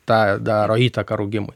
tą daro įtaką rūgimui